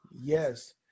Yes